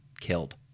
killed